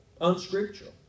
unscriptural